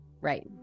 Right